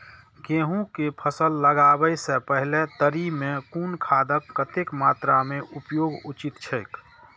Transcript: गेहूं के फसल लगाबे से पेहले तरी में कुन खादक कतेक मात्रा में उपयोग उचित छेक?